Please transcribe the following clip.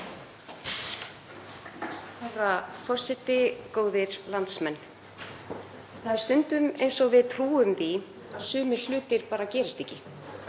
Það er stundum eins og við trúum því að sumir hlutir gerist ekki,